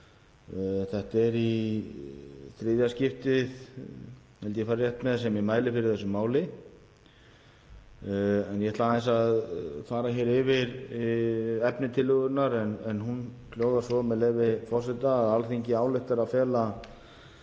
Þetta er í þriðja skiptið, held ég að ég fari rétt með, sem ég mæli fyrir þessu máli. Ég ætla aðeins að fara yfir efni tillögunnar en hún hljóðar svo, með leyfi forseta: „Alþingi ályktar að fela